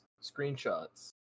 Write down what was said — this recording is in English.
screenshots